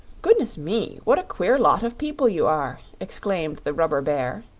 goodness me! what a queer lot of people you are, exclaimed the rubber bear,